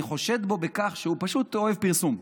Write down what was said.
אני חושד בו בכך שהוא פשוט אוהב פרסום.